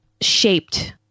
shaped